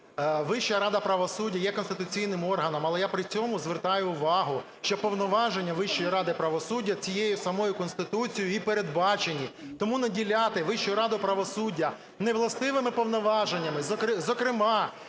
Вища рада правосуддя є конституційним органом, але я при цьому звертаю увагу, що повноваження Вищої ради правосуддя цією самою Конституцією і передбачені. Тому наділяти Вищу раду правосуддя невластивими повноваженнями, зокрема